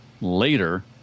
later